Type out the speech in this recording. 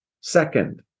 Second